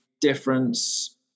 difference